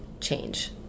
change